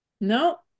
No